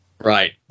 Right